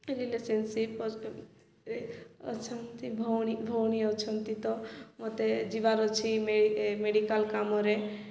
relationship ରେ ଅଛନ୍ତି ଭଉଣୀ ଭଉଣୀ ଅଛନ୍ତି ତ ମୋତେ ଯିବାର ଅଛି ମେ ମେଡ଼ିକାଲ୍ କାମରେ